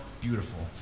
beautiful